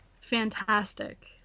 fantastic